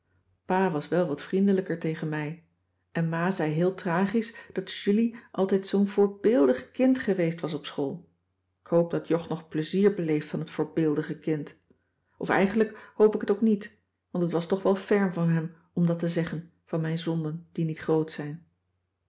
pa was wel wat vriendelijker tegen mij en ma zei heel tragisch dat julie altijd zoo'n voorbeeldig kind geweest was op school k hoop dat jog nog plezier beleeft van het voorbeeldige kind of eigenlijk hoop ik het ook niet want het was toch wel ferm van hem om dat te zeggen van mijn zonden die niet groot zijn